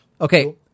Okay